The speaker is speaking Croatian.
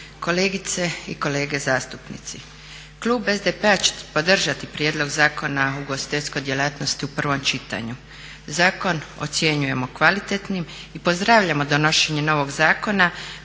kolegice i kolege zastupnici. Klub SDP-a će podržati Prijedlog zakona o ugostiteljskoj djelatnosti u prvom čitanju. Zakon ocjenjujemo kvalitetnim i pozdravljamo donošenje novog zakona